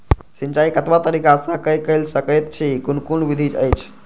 सिंचाई कतवा तरीका स के कैल सकैत छी कून कून विधि अछि?